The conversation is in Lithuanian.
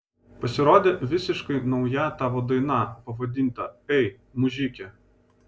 pasirodė visiškai nauja tavo daina pavadinta ei mužike